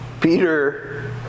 Peter